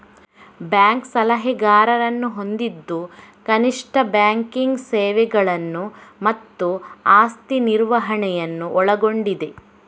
bank ಸಲಹೆಗಾರರನ್ನು ಹೊಂದಿದ್ದು ಕನಿಷ್ಠ ಬ್ಯಾಂಕಿಂಗ್ ಸೇವೆಗಳನ್ನು ಮತ್ತು ಆಸ್ತಿ ನಿರ್ವಹಣೆಯನ್ನು ಒಳಗೊಂಡಿದೆ